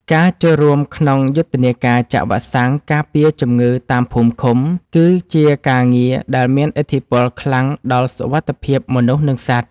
ការចូលរួមក្នុងយុទ្ធនាការចាក់វ៉ាក់សាំងការពារជំងឺតាមភូមិឃុំ គឺជាការងារដែលមានឥទ្ធិពលខ្លាំងដល់សុវត្ថិភាពមនុស្ស និងសត្វ។